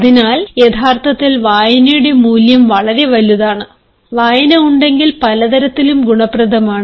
അതിനാൽ യഥാർത്ഥത്തിൽ വായനയുടെ മൂല്യം വളരെ വലുതാണ് വായന ഉണ്ടെങ്കിൽ പലതരത്തിലും ഗുണപ്രദമാണ്